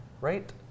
right